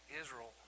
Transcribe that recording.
Israel